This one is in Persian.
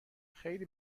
خیلی